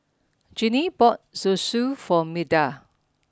Jeanine bought Zosui for Milda